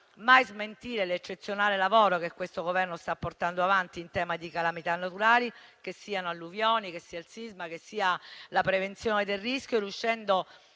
mai smentire l'eccezionale lavoro che questo Governo sta portando avanti in tema di calamità naturali: che siano alluvioni, che sia il sisma, che sia la prevenzione del rischio, riuscendo